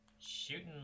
Shooting